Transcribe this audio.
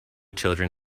children